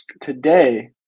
today